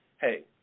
hey